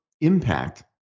impact